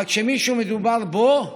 אבל כשמדובר במישהו, בו,